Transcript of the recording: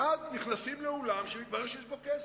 ואז נכנסים לאולם שמתברר שיש בו כסף.